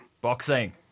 Boxing